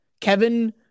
Kevin